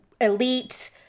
elite